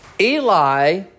Eli